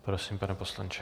Prosím, pane poslanče.